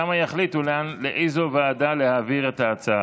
ושם יחליטו לאיזו ועדה להעביר את ההצעה.